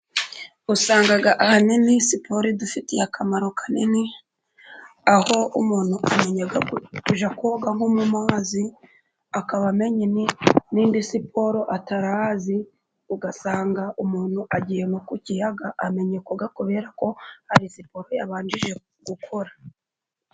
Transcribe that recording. Usanga ahanini siporo idufitiye akamaro kanini，aho umuntu amenya kujya koga nko mu mazi，akaba amenye n'indi siporo atarahazi， ugasanga umuntu agiye nko ku kiyaga， amenye koga，kubera ko hari siporo yabanje gukora.